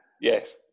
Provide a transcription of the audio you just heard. Yes